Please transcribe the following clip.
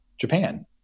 Japan